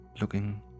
looking